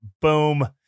Boom